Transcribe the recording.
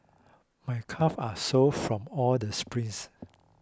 my calves are sore from all the sprints